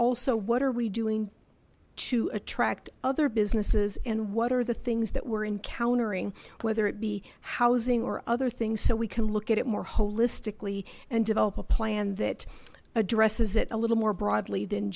also what are we doing to attract other businesses and what are the things that we're encountering whether it be housing or other things so we can look at it more holistically and develop a plan that addresses it a little more broadly than